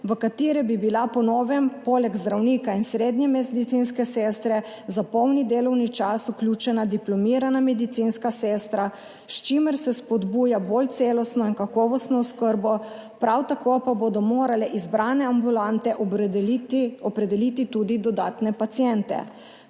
v katere bi bila po novem poleg zdravnika in srednje medicinske sestre za polni delovni čas vključena diplomirana medicinska sestra, s čimer se spodbuja bolj celostno in kakovostno oskrbo, prav tako pa bodo morale izbrane ambulante opredeliti tudi dodatne paciente.